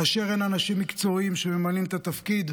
כאשר אין אנשים מקצועיים שממלאים את התפקיד,